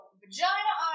vagina